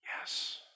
Yes